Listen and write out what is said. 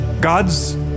God's